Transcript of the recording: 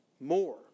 more